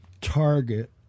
target